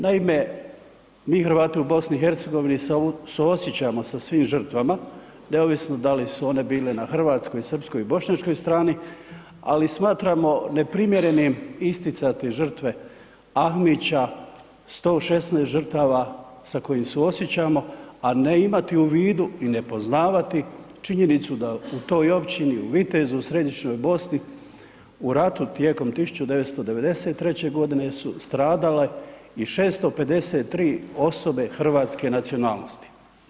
Naime, mi Hrvati u BiH suosjećamo sa svim žrtvama neovisno da li su one bile na hrvatskoj, srpskoj i bošnjačkoj strani, ali smatramo neprimjerenim isticati žrtve Ahmića, 116 žrtava sa kojima suosjećamo, a ne imati u vidu i ne poznavati činjenicu da u toj općini, u Vitezu, u središnjoj Bosni, u ratu tijekom 1993.g. su stradale i 653 osobe hrvatske nacionalnosti.